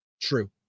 true